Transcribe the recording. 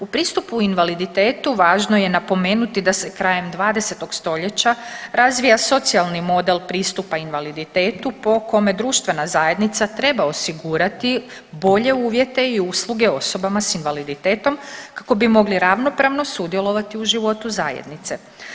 U pristupu invaliditetu važno je napomenuti da se krajem 20. st. razvija socijalni model pristupa invaliditetu po kome društvena zajednica treba osigurati bolje uvjete i usluge osobama s invaliditetom, kako bi mogli ravnopravno sudjelovati u životu zajednice.